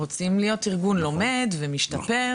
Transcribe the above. רוצים להיות ארגון לומד ומשתפר,